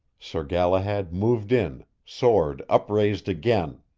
sir galahad moved in, sword upraised again.